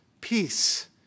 Peace